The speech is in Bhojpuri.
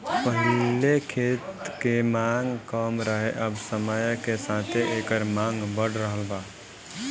पहिले खेत के मांग कम रहे अब समय के साथे एकर मांग बढ़ रहल बा